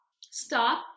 stop